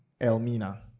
elmina